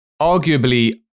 arguably